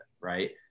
right